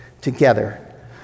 together